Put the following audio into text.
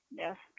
yes